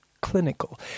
clinical